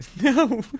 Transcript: No